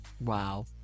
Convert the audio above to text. Wow